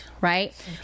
right